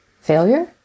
failure